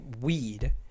weed